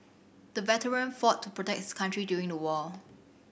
the veteran fought to protect his country during the war